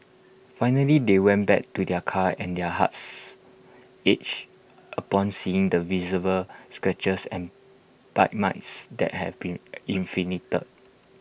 finally they went back to their car and their hearts ached upon seeing the visible scratches and bite marks that had been inflicted